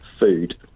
food